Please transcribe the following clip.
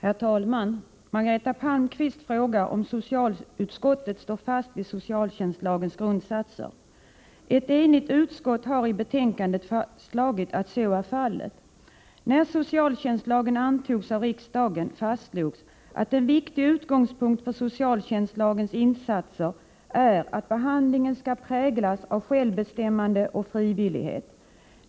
Herr talman! Margareta Palmqvist frågar om socialutskottet står fast vid socialtjänstlagens grundsatser. Ett enigt utskott har i betänkandet fastslagit att så är fallet. När socialtjänstlagen antogs av riksdagen fastslogs att en viktig utgångspunkt för socialtjänstlagens insatser är att behandlingen skall präglas av självbestämmande och frivillighet.